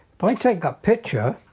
but like take that picture